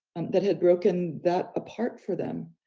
that had broken that apart for them.